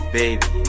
baby